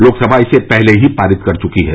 लोकसभा इसे पहले ही पारित कर चुकी है